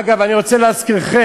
אגב, אני רוצה להזכירכם,